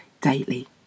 daily